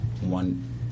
one